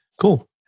Cool